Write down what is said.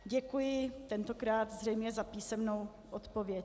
Děkuji, tentokrát zřejmě za písemnou odpověď.